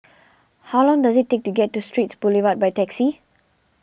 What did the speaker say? how long does it take to get to Straits Boulevard by taxi